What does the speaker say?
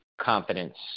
confidence